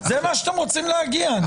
זה מה שאתם רוצים להגיע אליו?